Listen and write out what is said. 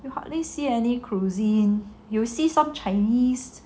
you hardly see any cuisine you see some chinese